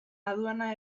aduana